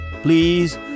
Please